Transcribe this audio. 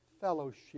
fellowship